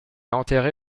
enterré